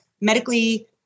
medically